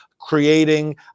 creating